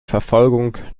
verfolgung